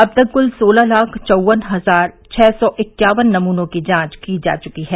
अब तक कूल सोलह लाख चौवन हजार छः सौ इक्यावन नमूनों की जांच की जा चुकी है